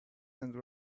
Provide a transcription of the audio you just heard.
and